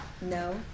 no